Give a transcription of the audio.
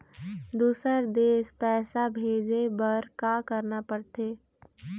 दुसर देश पैसा भेजे बार का करना पड़ते?